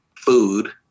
food